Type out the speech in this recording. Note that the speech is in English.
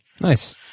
Nice